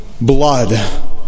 blood